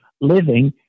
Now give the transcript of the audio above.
living